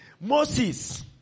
moses